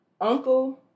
uncle